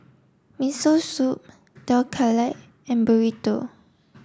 Miso Soup Dhokla and Burrito